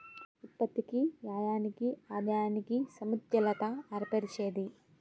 ఉత్పత్తికి వ్యయానికి ఆదాయానికి సమతుల్యత ఏర్పరిచేది